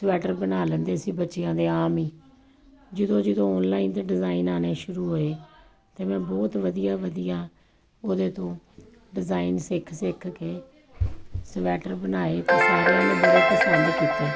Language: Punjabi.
ਸਵੈਟਰ ਬਣਾ ਲੈਂਦੇ ਸੀ ਬੱਚਿਆਂ ਦੇ ਆਮ ਹੀ ਜਦੋਂ ਜਦੋਂ ਆਨਲਾਈਨ 'ਤੇ ਡਿਜ਼ਾਇਨ ਆਉਣੇ ਸ਼ੁਰੂ ਹੋਏ ਅਤੇ ਮੈਂ ਬਹੁਤ ਵਧੀਆ ਵਧੀਆ ਉਹਦੇ ਤੋਂ ਡਿਜ਼ਾਇਨ ਸਿੱਖ ਸਿੱਖ ਕੇ ਸਵੈਟਰ ਬਣਾਏ ਅਤੇ ਸਾਰਿਆਂ ਨੇ ਬੜੇ ਪਸੰਦ ਕੀਤੇ